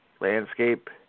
landscape